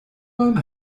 long